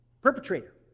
perpetrator